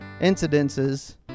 incidences